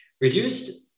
reduced